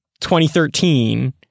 2013